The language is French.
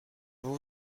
vous